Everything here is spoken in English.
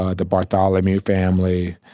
ah the bartholomew family,